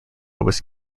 was